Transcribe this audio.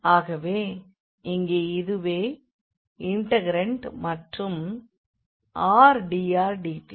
ஆகவே இங்கே இதுவே இண்டெக்ரண்ட்மற்றும் r dr dθ